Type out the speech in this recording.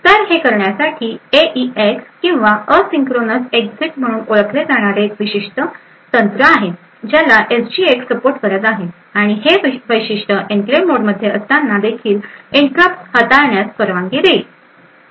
तर हे करण्यासाठी एइएक्स किंवा एसिन्क्रॉनस एक्झिट म्हणून ओळखले जाणारे एक विशेष तंत्र आहे ज्याला एसजीएक्स सपोर्ट करत आहे आणि हे वैशिष्ट्य एन्क्लेव्ह मोडमध्ये असताना देखील इंटरप्ट्स हाताळण्यास परवानगी देईल